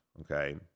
okay